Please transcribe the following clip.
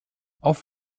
auf